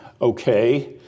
Okay